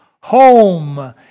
home